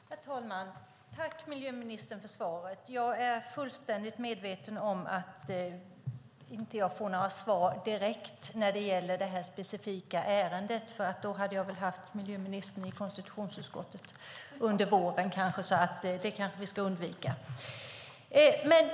Herr talman! Jag tackar miljöministern för svaret. Jag är fullständigt medveten om att jag inte får några svar direkt när det gäller det specifika ärendet. Då hade jag väl fått se miljöministern i konstitutionsutskottet under våren. Det kanske vi ska undvika.